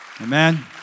Amen